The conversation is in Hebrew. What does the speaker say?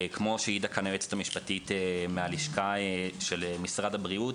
כמו שהעידה כאן היועצת המשפטית מהלשכה של משרד הבריאות,